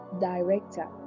director